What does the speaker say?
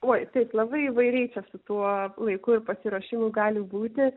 oi taip labai įvairiai čia su tuo laiku ir pasiruošimu gali būti